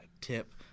tip